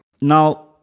Now